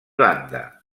banda